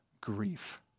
grief